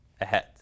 ahead